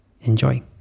enjoy